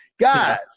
guys